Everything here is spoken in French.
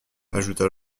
ajouta